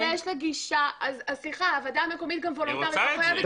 הוועדה המקומית היא וולונטרית.